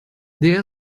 there